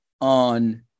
on